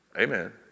Amen